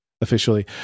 officially